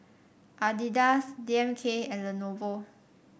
Adidas D M K and Lenovo